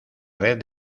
red